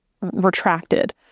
retracted